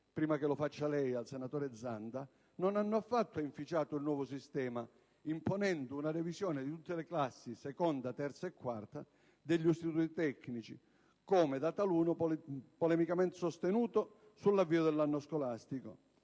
prima che lo faccia lei - non hanno affatto inficiato il nuovo sistema imponendo una revisione di tutte le classi 2a, 3a e 4a degli istituti tecnici, come da taluni polemicamente sostenuto sull'avvio dell'anno scolastico: